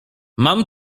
mam